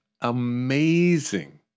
amazing